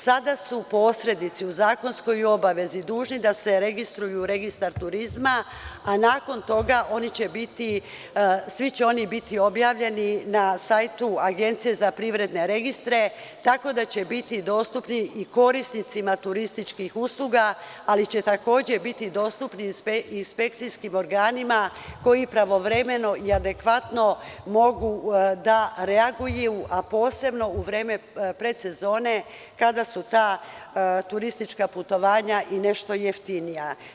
Sada su posrednici u zakonskoj obavezi dužni da se registruju u registar turizma, a nakon toga oni će biti, svi će oni biti objavljeni na sajtu APR, tako da će biti dostupni i korisnicima turističkih usluga, ali će takođe biti dostupni inspekcijskim organima koji pravovremeno i adekvatno mogu da reaguju, a posebno u vreme predsezone kada su ta turistička putovanja i nešto jeftinija.